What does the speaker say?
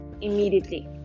immediately